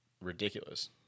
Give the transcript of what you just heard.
ridiculous